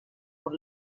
por